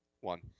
One